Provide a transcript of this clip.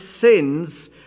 sins